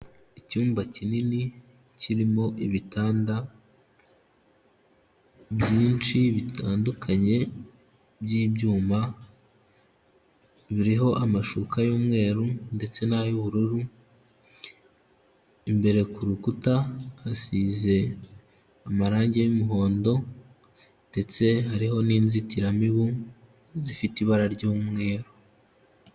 Icyumba kinini kirimo ibitanda byinshi bitandukanye by'ibyuma, biriho amashuka y'umweru ndetse n'ay'ubururu, imbere ku rukuta hasize amarangi y'umuhondo ndetse hariho n'inzitiramibu zifite ibara ry'umweru.